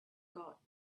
got